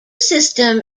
system